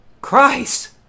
Christ